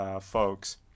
folks